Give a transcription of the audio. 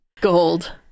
gold